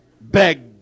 beg